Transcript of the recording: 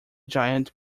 giant